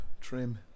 Trim